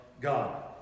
God